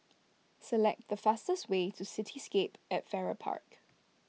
select the fastest way to Cityscape at Farrer Park